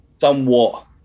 somewhat